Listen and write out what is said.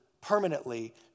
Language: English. permanently